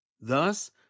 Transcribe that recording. Thus